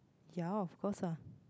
yeah of course lah